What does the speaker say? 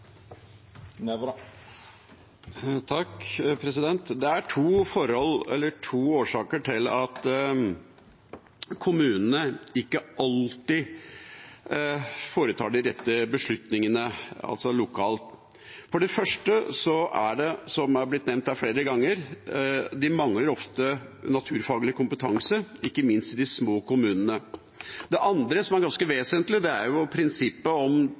Det er to årsaker til at kommunene ikke alltid foretar de rette beslutningene, altså lokalt. For det første er det, som det er blitt nevnt her flere ganger, fordi de ofte mangler naturfaglig kompetanse, ikke minst de små kommunene. Det andre, som er ganske vesentlig, er prinsippet om